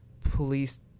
police